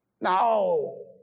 No